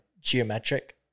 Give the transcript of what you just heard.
geometric